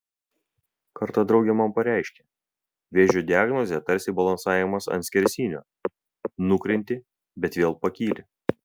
kartą draugė man pareiškė vėžio diagnozė tarsi balansavimas ant skersinio nukrenti bet vėl pakyli